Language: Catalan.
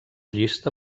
llista